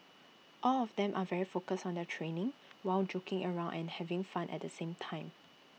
all of them are very focused on their training while joking around and having fun at the same time